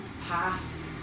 past